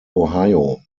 ohio